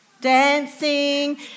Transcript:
Dancing